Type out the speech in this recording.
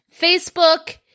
Facebook